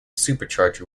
supercharger